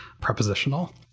prepositional